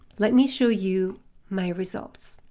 let me show you my results.